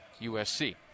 USC